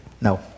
No